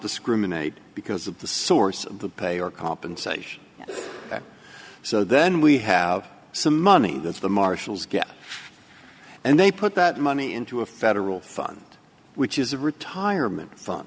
discriminate because of the source of the pay or compensation so then we have some money that's the marshals get and they put that money into a federal fund which is a retirement fund